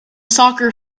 soccer